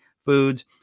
foods